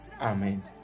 Amen